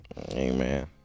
Amen